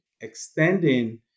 extending